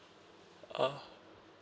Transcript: oh